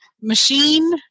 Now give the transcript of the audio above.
machine